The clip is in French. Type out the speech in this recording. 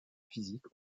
physique